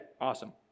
awesome